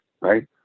right